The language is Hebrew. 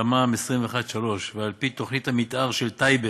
תמ"מ 21/3, ועל-פי תוכנית המתאר של טייבה,